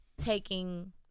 taking